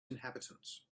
inhabitants